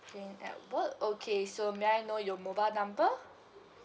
jane edward okay so may I know your mobile number